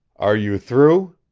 are you through?